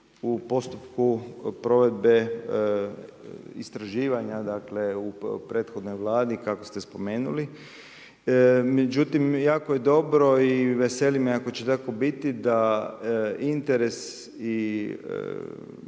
u postupku provedbe istraživanja, dakle u prethodnoj Vladi kako ste spomenuli. Međutim, jako je dobro i veseli me ako će tako biti ako interes i